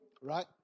right